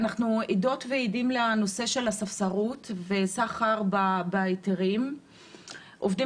אנחנו עדות ועדים לנושא הספסרות והסחר בהיתרים; עובדים